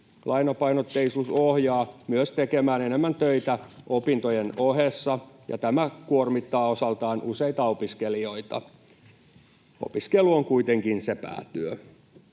Lainapainotteisuus ohjaa myös tekemään enemmän töitä opintojen ohessa, ja tämä kuormittaa osaltaan useita opiskelijoita. Opiskelu on kuitenkin se päätyö.